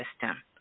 system